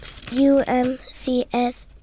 UMCS